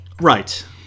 Right